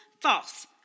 false